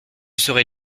serai